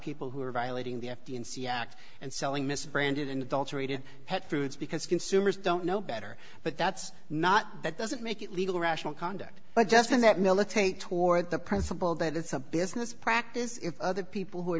people who are violating the f d a and c x and selling misbranded and adulterated pet foods because consumers don't know better but that's not that doesn't make it legal rational conduct but just in that militate toward the principle that it's a business practice if other people who are